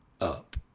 up